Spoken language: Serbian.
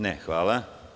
Ne, hvala.